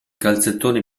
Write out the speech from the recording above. calzettoni